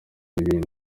n’ibindi